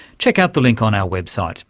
check out the link on our website